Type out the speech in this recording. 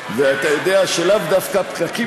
ואתה יודע שלאו דווקא הפקקים בכניסה הם,